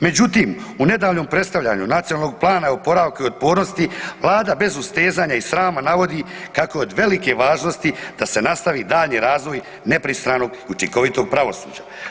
Međutim, u nedavnom predstavljanju Nacionalnog plana oporavka i otpornosti Vlada bez ustezanja i srama navodi kako je od velike važnosti da se nastavi daljnji razvoj nepristranog i učinkovitog pravosuđa.